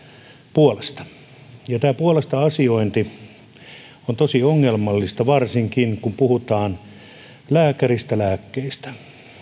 puolesta ja tämä puolesta asiointi on tosi ongelmallista varsinkin kun puhutaan lääkäristä lääkkeistä